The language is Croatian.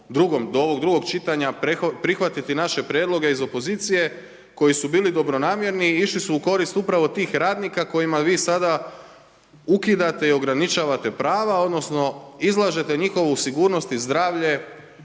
do ovog drugog čitanja prihvatiti naše prijedloge iz opozicije koji su bili dobronamjerni i išli su u korist upravo tih radnika kojima vi sada ukidate i ograničavate prava odnosno izlažete njihovu sigurnost i zdravlje